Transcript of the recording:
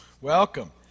welcome